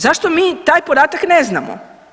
Zašto mi taj podatak ne znamo?